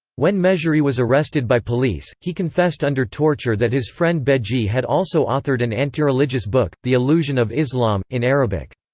when mejri was arrested by police, he confessed under torture that his friend beji had also authored an antireligious book, the illusion of islam, in arabic.